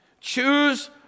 Choose